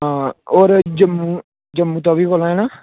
हां ओर जम्मू जम्मू तबी कोल है ना